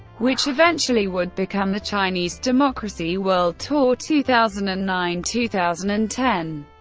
which eventually would become the chinese democracy world tour two thousand and nine two thousand and ten.